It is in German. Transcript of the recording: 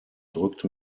drückt